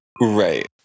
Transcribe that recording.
Right